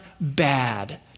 bad